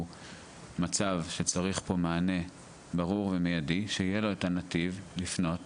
מצב שצריך פה מענה ברור ומיידי שיהיה לו את הנתיב לפנות